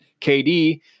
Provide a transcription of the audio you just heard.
KD